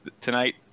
tonight